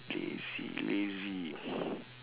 lazy lazy